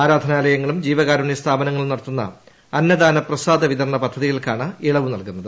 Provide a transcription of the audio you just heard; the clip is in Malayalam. ആരാധനാലയങ്ങളും ജീവകാരുണ്യ സ്ഥാപനങ്ങളും നടത്തുന്ന അന്നദാന പ്രസാദ വിതരണ പദ്ധതികൾക്കാണ് ഇളവ് നൽകുന്നത്